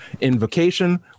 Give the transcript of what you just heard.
invocation